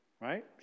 right